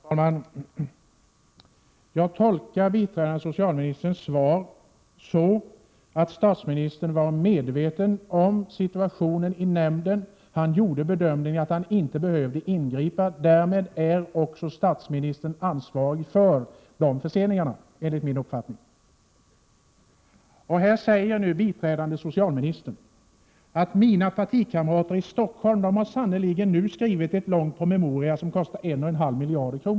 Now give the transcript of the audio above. Herr talman! Jag tolkar biträdande socialministerns svar så, att statsministern var medveten om situationen i nämnden och gjorde bedömningen att han inte behövde ingripa. Därmed är statsministern också ansvarig för de förseningarna, enligt min uppfattning. Nu säger biträdande socialministern: Mina partikamrater i Stockholm har skrivit en lång promemoria där man föreslår åtgärder för 1,5 miljarder.